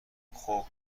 خوب